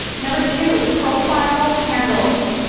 number two profile handles.